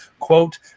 quote